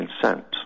consent